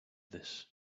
this